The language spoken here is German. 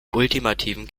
ultimativen